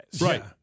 Right